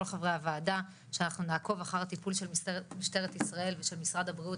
חברי הוועדה שאנחנו נעקוב אחר טיפול של משטרת ישראל ושל משרד הבריאות